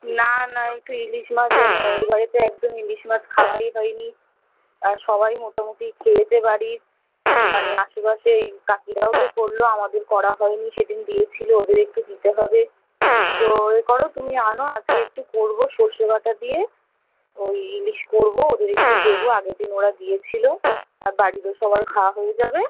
না না একটু ইলিশ মাছ এনো এইবারেতে একদম ইলিশ মাছ খাওয়াই হয় নি আর সবাই মোটামুটি খেয়েছে বাড়ির মানে আশেপাশে এই কাকিরাও তো করলো আমাদের করা হয় নি সেদিন দিয়েছিলো ওদের একটু দিতে হবে তো এ করো তুমি আনো আজকে একটু করবো সর্ষে বাটা দিয়ে ঐ ইলিশ করবো ওদের একটু দেবো আগের দিন ওরা দিয়েছিলো আর বাড়িরও সবার খাওয়া হয়ে যাবে